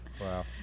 Wow